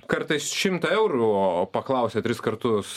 kartais šimtą eurų o paklausė tris kartus